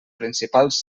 principals